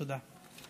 תודה.